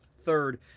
Third